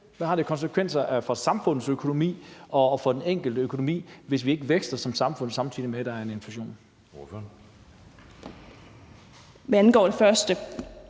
Hvad har det af konsekvenser for samfundets økonomi og for den enkelte økonomi, hvis ikke vi vækster som samfund, samtidig med at der er en inflation?